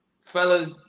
fellas